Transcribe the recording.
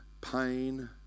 pain